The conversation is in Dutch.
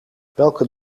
welke